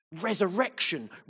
resurrection